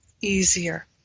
easier